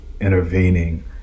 intervening